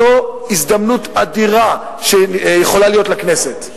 זו הזדמנות אדירה שיכולה להיות לכנסת.